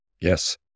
Yes